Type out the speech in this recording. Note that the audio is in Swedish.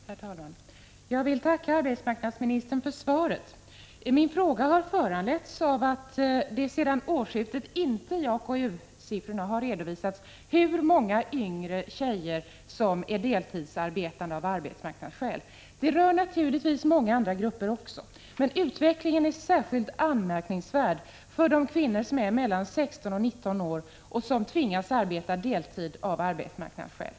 Herr talman! Jag vill tacka arbetsmarknadsministern för svaret. Min fråga har föranletts av att det sedan årsskiftet inte i AKU-siffrorna har redovisats hur många unga flickor som är deltidsarbetande av arbetsmarknadsskäl. Detta rör naturligtvis många andra grupper också, men utvecklingen är särskilt anmärkningsvärd för de kvinnor som är mellan 16 och 19 år och som tvingas arbeta deltid av arbetsmarknadsskär. Prot.